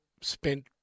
spent